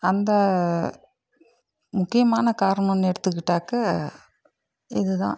அந்த முக்கியமான காரணம்னு எடுத்துக்கிட்டாக்கா இது தான்